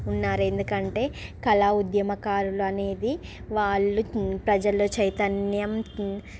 ఉన్నారు ఎందుకంటే కళ ఉద్యమకారులు అనేది వాళ్ళు ప్రజల చైతన్యం